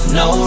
no